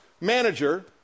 manager